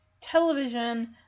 television